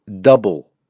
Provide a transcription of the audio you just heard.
double